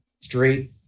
straight